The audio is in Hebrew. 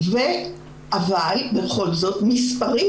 אבל בכל זאת מספרית,